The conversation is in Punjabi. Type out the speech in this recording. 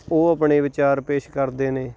ਉਹ ਆਪਣੇ ਵਿਚਾਰ ਪੇਸ਼ ਕਰਦੇ ਨੇ